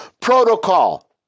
protocol